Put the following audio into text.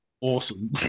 awesome